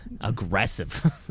Aggressive